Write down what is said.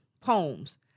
poems